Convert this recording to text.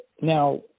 Now